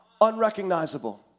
Unrecognizable